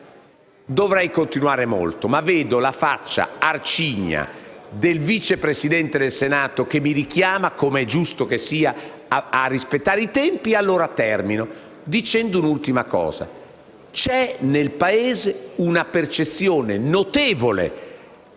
Dovrei continuare, ma vedo la faccia arcigna del vicepresidente del Senato che mi richiama, com'è giusto che sia, a rispettare i tempi e allora concludo dicendo un'ultima cosa: vi è nel Paese la percezione che gli